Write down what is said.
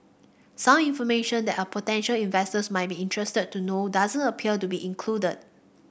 some information that a potential investors might be interested to know doesn't appear to be included